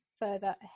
further